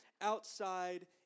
outside